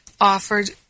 offered